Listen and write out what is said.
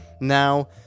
Now